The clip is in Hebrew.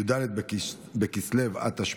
בעד,